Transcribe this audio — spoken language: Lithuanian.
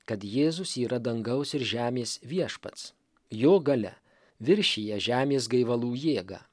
kad jėzus yra dangaus ir žemės viešpats jo galia viršija žemės gaivalų jėgą